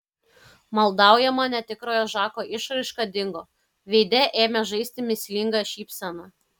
maldaujama netikrojo žako išraiška dingo veide ėmė žaisti mįslinga šypsena